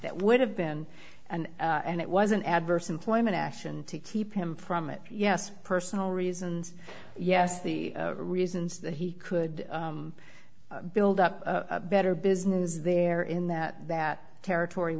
that would have been an and it was an adverse employment action to keep him from it yes personal reasons yes the reasons that he could build up a better business there in that that territory